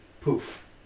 Poof